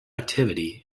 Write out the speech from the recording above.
activity